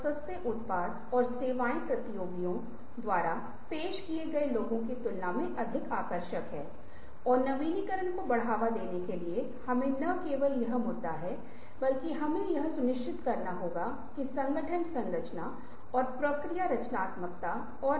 इसलिए यह कहते हुए कि मैंने जिस प्रकार का उल्लेख किया है मैं पहले ही वान गैंडी के किताब और कुछ उपकरण के बारे में बात कर चुका हूं जिन्हें हम कम से कम पहले उपकरण में देखने वाले हैं जो कि वान गैंडी की किताब के संदर्भ मे हैं